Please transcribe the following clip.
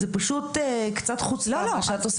זה פשוט קצת חוצפה מה שאת עושה.